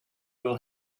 will